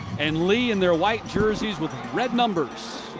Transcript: and lee in their white jerseys with red numbers.